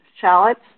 shallots